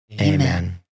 Amen